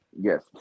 Yes